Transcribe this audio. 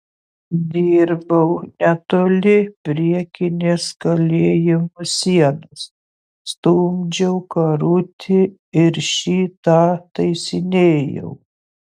dirbau netoli priekinės kalėjimo sienos stumdžiau karutį ir šį tą taisinėjau